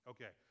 Okay